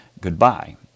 goodbye